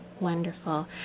Wonderful